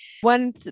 One